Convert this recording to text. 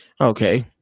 okay